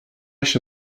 się